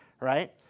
right